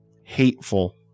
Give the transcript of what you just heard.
hateful